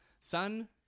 son